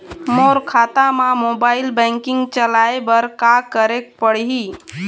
मोर खाता मा mobile banking चलाए बर का करेक पड़ही?